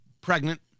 pregnant